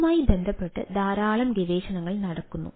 ഇതുമായി ബന്ധപ്പെട്ട് ധാരാളം ഗവേഷണങ്ങൾ നടക്കുന്നു